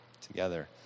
together